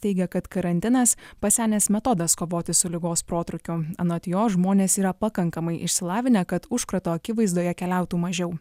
teigia kad karantinas pasenęs metodas kovoti su ligos protrūkiu anot jo žmonės yra pakankamai išsilavinę kad užkrato akivaizdoje keliautų mažiau